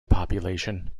population